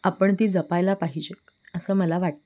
आपण ती जपायला पाहिजे असं मला वाटतं